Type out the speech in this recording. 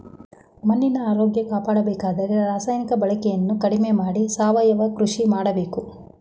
ಮಣ್ಣಿನ ಆರೋಗ್ಯ ಕಾಪಾಡಬೇಕಾದರೆ ರಾಸಾಯನಿಕ ಬಳಕೆಯನ್ನು ಕಡಿಮೆ ಮಾಡಿ ಸಾವಯವ ಕೃಷಿ ಮಾಡಬೇಕು